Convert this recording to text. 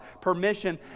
Permission